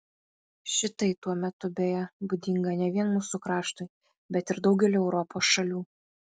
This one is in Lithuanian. šitai tuo metu beje būdinga ne vien mūsų kraštui bet ir daugeliui europos šalių